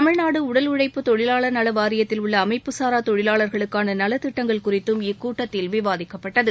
தமிழ்நாடு உடல் உழைப்பு தொழிலாளர் நல வாரியத்தில் உள்ள அமைப்புச் சாரா தொழிலாளர்களுக்கான நலத்திட்டங்கள் குறித்தும் இக்கூட்டத்தில் விவாதிக்கப்பட்டது